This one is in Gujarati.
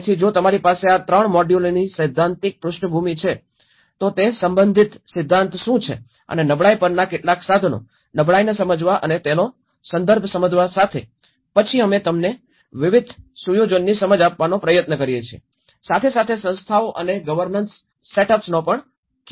તેથી જો તમારી પાસે આ 3 મોડ્યુલોની સૈદ્ધાંતિક પૃષ્ઠભૂમિ છે તો તે સંબંધિત સિદ્ધાંત શું છે અને નબળાઈ પરના કેટલાક સાધનો નબળાઈને સમજવા અને તેના સંદર્ભ સાથે પછી અમે તમને વિવિધ સુયોજનની સમજ આપવાનો પ્રયત્ન કરીએ છીએ સાથે સાથે સંસ્થાઓ અને ગવર્નન્સ સેટઅપ્સ નો પણ ખ્યાલ આપ્યો